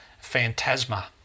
phantasma